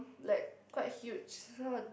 like quite huge so